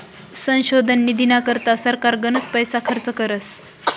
संशोधन निधीना करता सरकार गनच पैसा खर्च करस